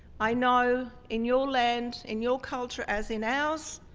i know in your land in your culture, as in ours,